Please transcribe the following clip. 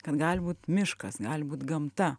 kad gali būt miškas gali būt gamta